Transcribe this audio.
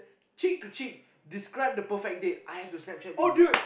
cheek to cheek describe the perfect date I have to Snapchat this